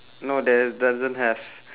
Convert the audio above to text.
no there doesn't have